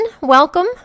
Welcome